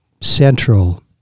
central